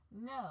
No